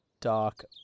dark